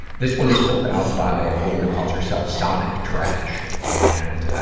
this one is filled out by a woman who calls herself sonic trash. and, ah,